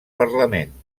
parlament